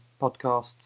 podcasts